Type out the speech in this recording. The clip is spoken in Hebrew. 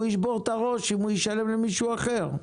הוא ישבור את הראש אם הוא ישלם למישהו אחר.